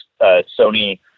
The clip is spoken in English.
Sony